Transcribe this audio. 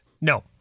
No